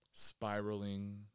spiraling